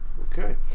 Okay